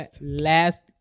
last